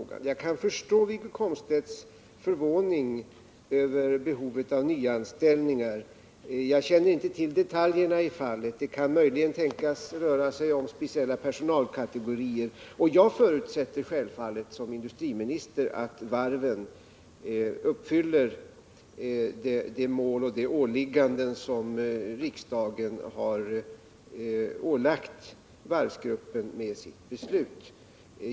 Jag kan förstå Wiggo Komstedts förvåning över behovet av nyanställningar. Jag känner inte till detaljerna i fallet. Det kan möjligen tänkas röra sig om speciella personalkategorier. Och jag förutsätter självfallet som industrimi nister att varven uppfyller de mål och utför de uppgifter som riksdagen har ålagt varvsgruppen med sitt beslut.